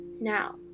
Now